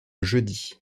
jeudi